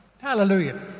Hallelujah